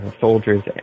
soldiers